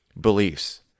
Beliefs